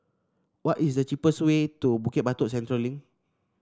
what is the cheapest way to Bukit Batok Central Link